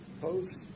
post